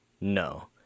no